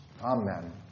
Amen